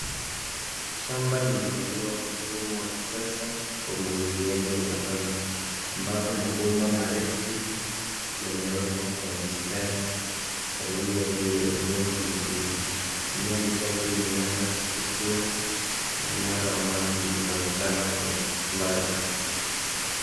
Shamba limeandaliwa kwa mfumo wa kisasa wa umwagiliaji wa matone, ambapo mabomba marefu yamewekwa kwa mistari sawia juu ya udongo mwekundu. Mimea michache imeanza kuchipua na mnara wa maji, unaonekana kwa umbali.